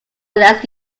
unless